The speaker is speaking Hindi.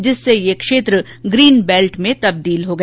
जिससे ये क्षेत्र ग्रीन बैल्ट में तब्दील हो गया